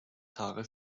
tage